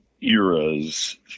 eras